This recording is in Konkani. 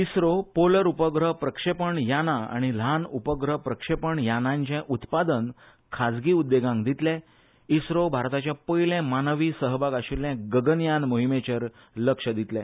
इस्रो पोलर उपग्रह प्रक्षेपण याना आनी ल्हान उपग्रह प्रक्षेपण यानांचे उत्पादन खासगी उद्देगांक दितले इस्रो भारताचे पयले मानवी सहभाग आशिल्ले गगनयान मोहिमेचेर लक्ष दितले